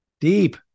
deep